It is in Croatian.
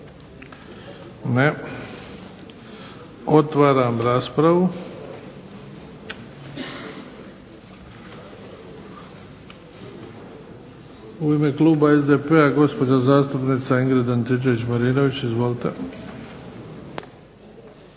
Ne. Otvaram raspravu. U ime kluba SDP-a, gospođa zastupnica Ingrid Antičević Marinović. Izvolite.